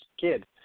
kid